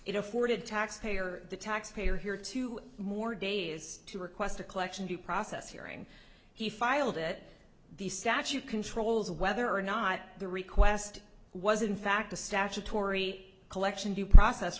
it afforded taxpayer taxpayer here two more days to request a collection due process hearing he filed it the statue controls whether or not the request was in fact a statutory collection due process